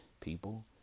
people